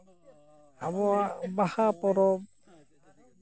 ᱟᱵᱚᱣᱟᱜ ᱵᱟᱦᱟ ᱯᱚᱨᱚᱵᱽ